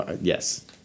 Yes